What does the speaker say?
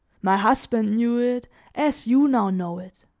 my husband knew it as you now know it.